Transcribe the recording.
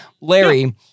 Larry